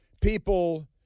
people